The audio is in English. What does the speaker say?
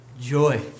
joy